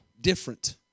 different